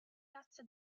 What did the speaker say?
razza